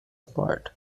apart